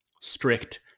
strict